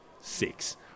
six